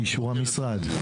באישור המשרד.